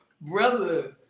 brother